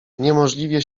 niemożliwie